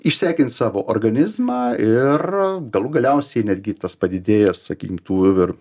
išsekins savo organizmą ir galų galiausiai netgi tas padidėjęs sakykim tų ir